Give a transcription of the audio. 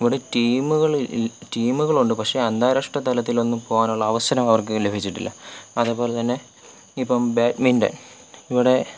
ഇവിടെ ടീമുകൾ ടീമുകളുണ്ട് പക്ഷെ അന്താരാഷ്ട്ര തലത്തിലൊന്നും പോകാനുള്ള അവസരം അവർക്ക് ലഭിച്ചിട്ടില്ല അതേപോലെതന്നെ ഇപ്പം ബാഡ്മിൻ്റൺ ഇവിടെ